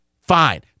Fine